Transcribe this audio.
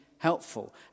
helpful